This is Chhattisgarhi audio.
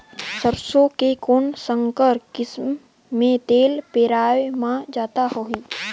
सरसो के कौन संकर किसम मे तेल पेरावाय म जादा होही?